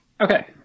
Okay